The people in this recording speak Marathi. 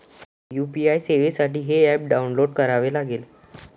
यू.पी.आय सेवेसाठी हे ऍप डाऊनलोड करावे लागेल